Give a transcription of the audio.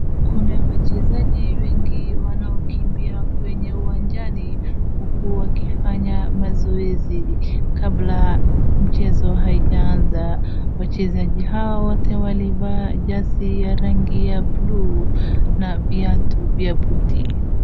Kuna wachezaji wengi wanaokimbia kwenye uwanjani huku wakifanya mazoezi kabla mchezo haijaanza. Wachezaji hawa wote wamevaa jezi ya rangi ya buluu na viatu vya buti.